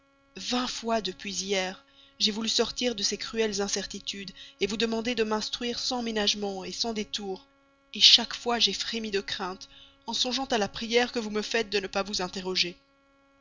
vingt fois depuis hier j'ai voulu sortir de ces cruelles incertitudes vous demander de m'instruire sans ménagement sans détour chaque fois j'ai frémi de crainte en songeant à la prière que vous me faites de ne pas vous interroger